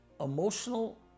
emotional